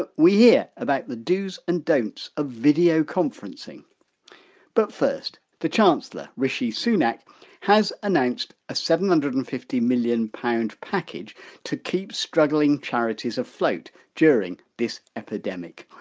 but we hear about the dos and don'ts of video conferencing but first, the chancellor, rishi sunak, has announced a seven hundred and fifty million pounds package to keep struggling charities afloat during this epidemic.